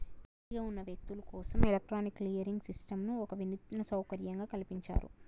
బిజీగా ఉన్న వ్యక్తులు కోసం ఎలక్ట్రానిక్ క్లియరింగ్ సిస్టంను ఒక వినూత్న సౌకర్యంగా కల్పించారు